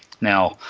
Now